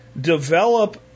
develop